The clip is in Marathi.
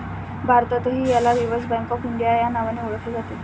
भारतातही याला रिझर्व्ह बँक ऑफ इंडिया या नावाने ओळखले जाते